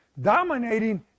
dominating